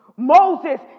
Moses